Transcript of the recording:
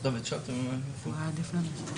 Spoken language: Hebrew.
הגעתם לוועדה למרות שהוזמנתם?